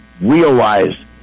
realize